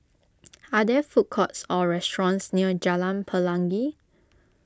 are there food courts or restaurants near Jalan Pelangi